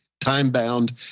time-bound